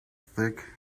thick